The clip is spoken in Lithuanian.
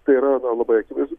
tai yra na labai akivaizdu